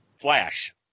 flash